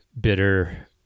bitter